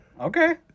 Okay